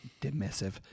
Dismissive